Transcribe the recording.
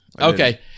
Okay